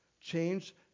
Change